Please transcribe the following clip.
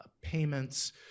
payments